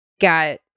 got